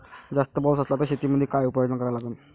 जास्त पाऊस असला त शेतीमंदी काय उपाययोजना करा लागन?